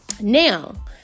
Now